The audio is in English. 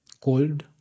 cold